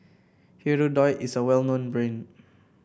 Hirudoid is a well known